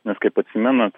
nes kaip atsimenat